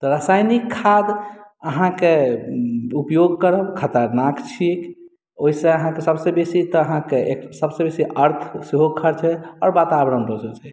तऽ रासायनिक खाद अहाँके उपयोग करब खतरनाक छी ओइसँ अहाँके सबसँ बेसी तऽ अहाँके सब सँ बेसी अर्थ सेहो खर्च होइत आओर वातावरण दूषित होइ छै